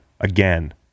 again